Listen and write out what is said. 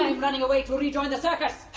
and running away to re-join the circus! hah!